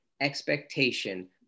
expectation